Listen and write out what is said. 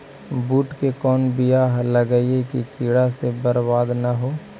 बुंट के कौन बियाह लगइयै कि कीड़ा से बरबाद न हो?